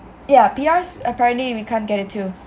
ya P_Rs apparently we can't get it too